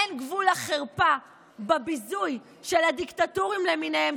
אין גבול לחרפה בביזוי של הדיקטטורים למיניהם